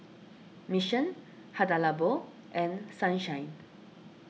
Mission Hada Labo and Sunshine